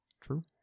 True